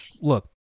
look